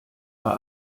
war